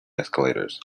escalators